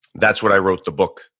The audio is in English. that's what i wrote the book,